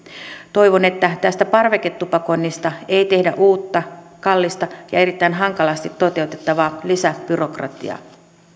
toivon että tästä parveketupakoinnista ei tehdä uutta kallista ja erittäin hankalasti toteuttavaa lisäbyrokratiaa